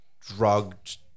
drugged